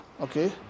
Okay